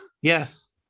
Yes